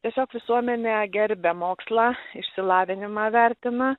tiesiog visuomenė gerbia mokslą išsilavinimą vertina